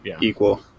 equal